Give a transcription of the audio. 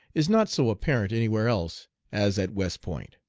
is not so apparent anywhere else as at west point.